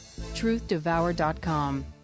TruthDevour.com